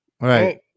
Right